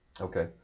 okay